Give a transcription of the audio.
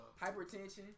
hypertension